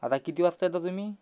आता किती वाजता येता तुम्ही